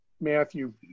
Matthew